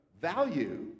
value